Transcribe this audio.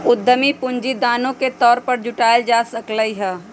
उधमी पूंजी दानो के तौर पर जुटाएल जा सकलई ह